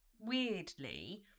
weirdly